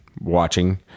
watching